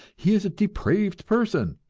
he is a depraved person.